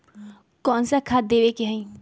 कोन सा खाद देवे के हई?